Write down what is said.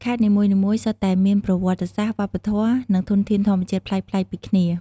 ខេត្តនីមួយៗសុទ្ធតែមានប្រវត្តិសាស្រ្ត វប្បធម៌ និងធនធានធម្មជាតិប្លែកៗពីគ្នា។